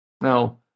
Now